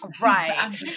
right